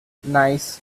nice